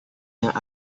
yang